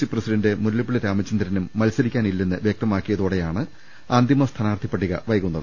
C president Mullappally രാമചന്ദ്രനും മത്സരിക്കാനില്ലെന്ന് വ്യക്തമാക്കിയതോടെയാണ് അന്തിമ സ്ഥാനാർഥി പട്ടിക വൈകുന്നത്